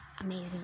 amazing